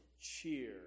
cheer